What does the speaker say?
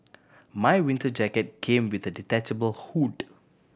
my winter jacket came with a detachable hood